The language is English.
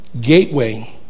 Gateway